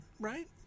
right